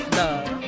love